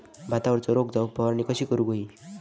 भातावरचो रोग जाऊक फवारणी कशी करूक हवी?